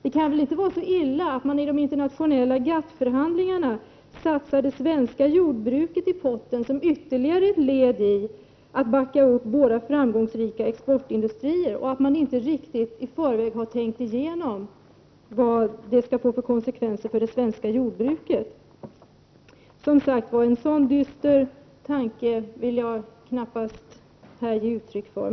Det kan väl inte vara så illa att man i de internationella GATT-förhandlingarna har satsat det svenska jordbruket i potten som ytterligare ett led i att backa upp våra framgångsrika exportindustrier. Man har alltså inte riktigt i förväg tänkt igenom vilka konsekvenser det kan bli för det svenska jordbruket. En sådan dyster tanke vill jag knappast här ge uttryck för.